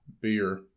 beer